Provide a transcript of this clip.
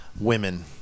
women